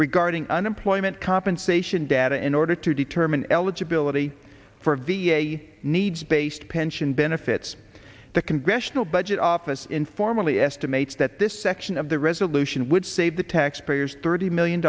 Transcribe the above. regarding unemployment compensation data in order to determine eligibility for v a needs based pension benefits the congressional budget office informally estimates that this section of the resolution would save the taxpayers thirty million